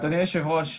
אדוני היושב ראש.